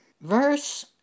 Verse